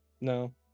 No